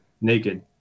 naked